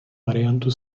variantu